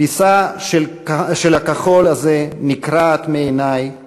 פיסה של הכחול הזה נקרעת / מעיני /